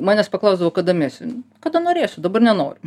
manęs paklausdavo kada mesi kada norėsiu dabar nenoriu